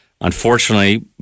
Unfortunately